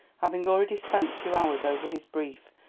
having already spent two hours over his brief,